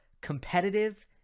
competitive